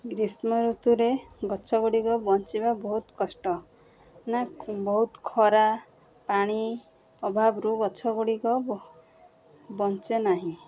ଗ୍ରୀଷ୍ମ ଋତୁରେ ଗଛଗୁଡ଼ିକ ବଞ୍ଚିବା ବହୁତ କଷ୍ଟ ନା ବହୁତ ଖରା ପାଣି ଅଭାବରୁ ଗଛ ଗୁଡ଼ିକ ବଞ୍ଚେ ନାହିଁ